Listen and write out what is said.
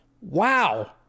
Wow